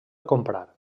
comprar